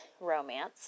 romance